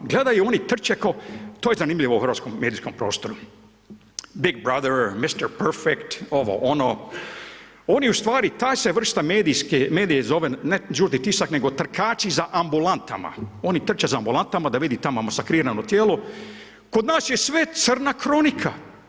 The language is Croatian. Gledaju oni, trče ko, to je zanimljivo u hrvatskom medijskom prostoru, Big brother, Mister perfect, ovo, ovo, oni ustvari ta se vrsta medija zove ne žuti tisak nego trkači za ambulantama, oni trče za ambulantama da vidi tamo jel masakrirano tijelo, kod nas je sve crna kronika.